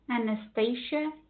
Anastasia